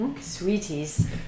Sweeties